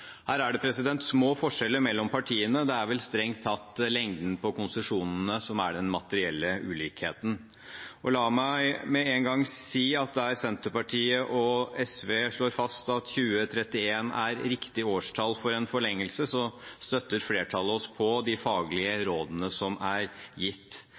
Her er det små forskjeller mellom partiene, det er vel strengt tatt lengden på konsesjonene som er den materielle ulikheten. La meg med en gang si at der Senterpartiet og SV slår fast at 2031 er riktig årstall for en forlengelse, støtter flertallet seg på de faglige rådene som er gitt.